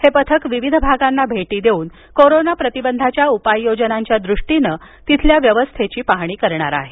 हे पथक विविध भागांना भेटी देऊन कोरोना प्रतिबंधाच्या उपाययोजनाच्या दृष्टीनं तिथल्या व्यवस्थेची पाहणी करणार आहे